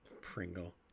Pringle